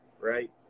right